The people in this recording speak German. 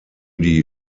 die